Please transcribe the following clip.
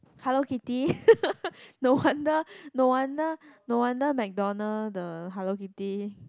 Hello Kitty no wonder no wonder no wonder McDonald the Hello-Kitty